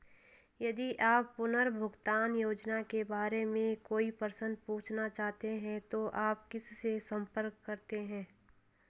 यदि आप पुनर्भुगतान योजनाओं के बारे में कोई प्रश्न पूछना चाहते हैं तो आप किससे संपर्क करते हैं?